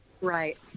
Right